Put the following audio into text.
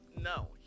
No